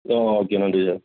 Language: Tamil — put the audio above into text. ஆ ஓகே நன்றி சார்